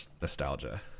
nostalgia